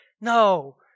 No